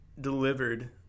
delivered